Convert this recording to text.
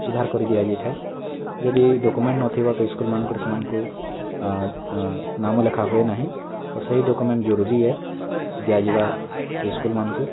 ସୁଧାର କରି ଦିଆଯାଇଥାଏ ଯଦି ଡ଼୍କ୍ୟୁମେଣ୍ଟ୍ ନଥିବ ତ ଇସ୍କୁଲ୍ମାନଙ୍କରେ ସେମାନଙ୍କୁ ନାମ ଲେଖା ହୁଏନାହିଁ ତ ସେଇ ଡ଼କ୍ୟୁମେଣ୍ଟ୍ ଜରୁରୀ ଏ ଦିଆଯିବା ସେ ସ୍କୁଲ୍ମାନଙ୍କୁ